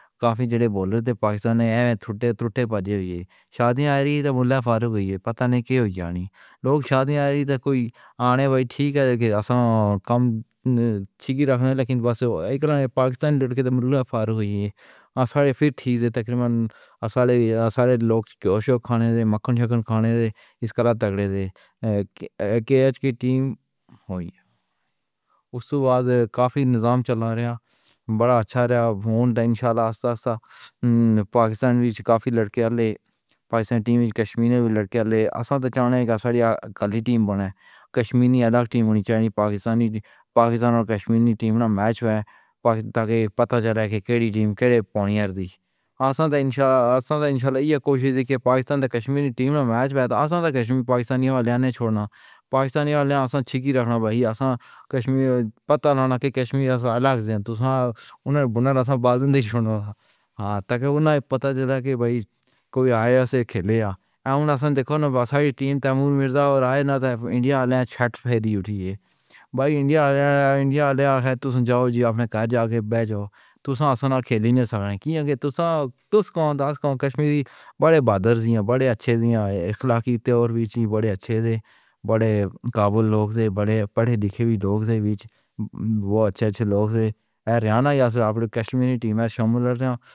کافی بولر پاکستان میں ٹھیک ٹھیک بجے ہوئی۔ شادی آئی تو ملا فاروق ہے پتہ نہیں کیوں یعنی لوگ شادی آئی تو کوئی آنے بھائی ٹھیک ہے اساں کم رکھنا لیکن بس ایک پاکستانی لڑکے فرّوخی آ سارے پھر ٹھیک سے تقریباً آ سارے سارے لوگ کھانے سے مکھن کھانے سے اس طرح تک ریڈیو کے اچھ کے ٹیم ہوئی۔ اس کے بعد کافی نظام چلا۔ بڑا اچھا رہا۔ انشاءاللہ آستے آستے۔ ہم پاکستانی کافی لڑکے۔ پاکستانی ٹیم کشمیری لڑکے اسد چاہنے کی ٹیم بنے۔ کشمیر کی الگ ٹیم ہونی چاہیے۔ پاکستانی۔ پاکستان اور کشمیر کی ٹیم میں میچ ہے۔ پتہ چلا کہ کھڑی ٹیم کھڑے پانی گِر دی۔ آسان تو انشاءاللہ کوشش کی پاکستان میں کشمیری میچ پر آسان تو کشمیر پاکستانی والے نے چھوڑنا۔ پاکستانی والے آسان رکھنا بھائی آسان۔ کشمیر پتہ نہ کہ کشمیر الگ دیں تو انہیں بولنا بند ہو جاتا۔ ہاں تو انہیں پتہ چلا کہ بھائی کوئی آیا سے کھیلے آ سان دے دیکھو۔ بس اڑی ٹیم تیمور مرزا اور آیور نے تو انڈیا والے چھیڑ چھاڑ اٹھی ہے۔ بھائی انڈیا والے انڈیا والے تم جاؤ اپنے گھر جا کے بیٹھ جاؤ تو اصلانہ کھیلنے کیونکہ تسّا تُشکا کے کشمیری بڑے بادشاہ تھے۔ بڑے اچھے سے اخلاقی طور وچ بڑے اچھے سے بڑے قابل لوگ تھے۔ بڑے پڑھے لکھے لوگ تھے۔ وہ اچھے اچھے لوگ تھے۔ یا تو آپ کشمیری ٹیم میں شامل ہو جاؤ۔